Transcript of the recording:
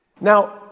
Now